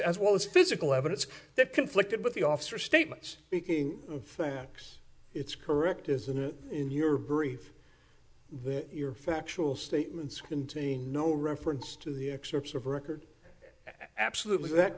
as well as physical evidence that conflicted with the officer statements speaking in facts it's correct isn't it in your brief the your factual statements containing no reference to the excerpts of record absolutely is that